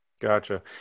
Gotcha